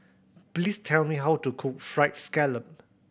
please tell me how to cook Fried Scallop